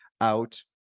out